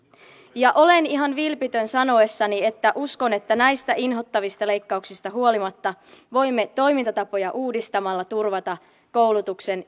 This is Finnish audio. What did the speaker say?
olen ihan vilpitön sanoessani että uskon että näistä inhottavista leikkauksista huolimatta voimme toimintatapoja uudistamalla turvata koulutuksen